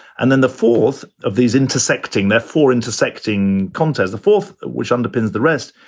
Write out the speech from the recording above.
and then the fourth of these intersecting, therefore intersecting content. the fourth, which underpins the rest,